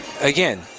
Again